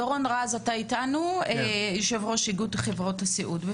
דורון רז, יו"ר איגוד חברות הסיעוד, אתה איתנו?